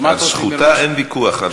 על זכותנו אין ויכוח.